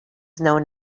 known